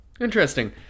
interesting